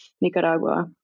Nicaragua